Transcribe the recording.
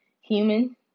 human